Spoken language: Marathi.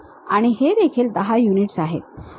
आणि हे देखील 10 युनिट्स आहेत